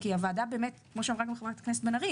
כי הוועדה הזו כמו שאמרה חברת הכנסת בן ארי,